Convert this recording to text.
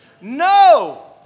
No